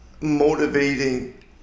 motivating